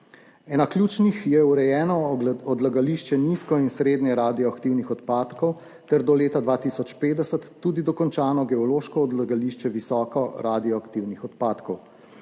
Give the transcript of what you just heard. Ena ključnih je urejeno odlagališče nizko- in srednjeradioaktivnih odpadkov ter do leta 2050 tudi dokončano geološko odlagališče visokoradioaktivnih odpadkov.